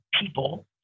people